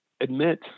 admit